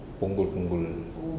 punggol punggol